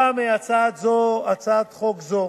גם הצעת חוק זו